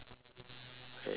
K no drinking